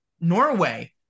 Norway